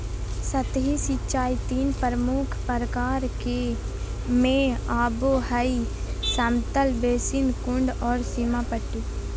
सतही सिंचाई तीन प्रमुख प्रकार में आबो हइ समतल बेसिन, कुंड और सीमा पट्टी